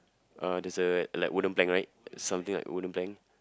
uh there's a like wooden plank right something like wooden plank